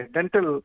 Dental